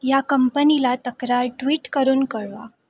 या कंपनीला तक्रार ट्विट करून कळवा